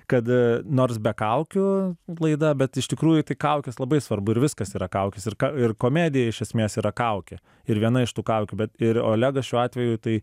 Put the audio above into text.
kad nors be kaukių laida bet iš tikrųjų tai kaukės labai svarbu ir viskas yra kaukės ir ir komedija iš esmės yra kaukė ir viena iš tų kaukių bet ir olegas šiuo atveju tai